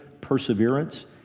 perseverance